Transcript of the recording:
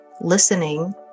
listening